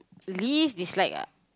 least dislike ah